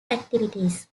activities